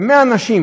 ל-100 אנשים